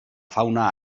fauna